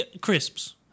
crisps